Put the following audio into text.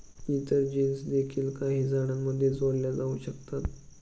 इतर जीन्स देखील काही झाडांमध्ये जोडल्या जाऊ शकतात